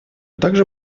также